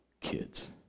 kids